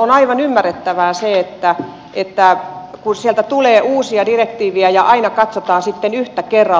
on aivan ymmärrettävää se että kun sieltä viidakosta tulee uusia direktiivejä aina katsotaan sitten yhtä kerralla